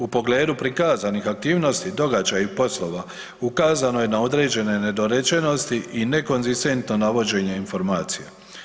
U pogledu prikazanih aktivnosti, događaja i poslova ukazano je na određene nedorečenosti i nekonzistentno navođenje informacija.